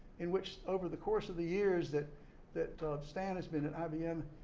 in which over the course of the years that that stan has been at ibm,